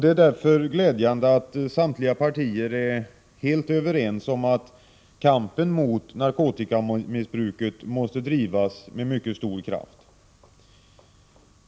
Det är därför glädjande att samtliga partier är helt överens om att kampen mot narkotikamissbruket måste drivas med mycket stor kraft.